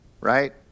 right